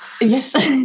Yes